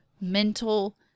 mental